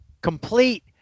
Complete